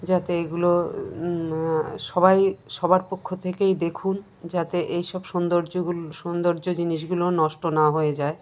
যাতে এগুলো সবাই সবার পক্ষ থেকেই দেখুন যাতে এই সব সৌন্দর্যগুলো সৌন্দর্য জিনিসগুলো নষ্ট না হয়ে যায়